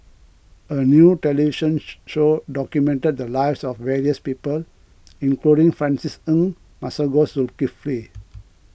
a new television show documented the lives of various people including Francis Ng Masagos Zulkifli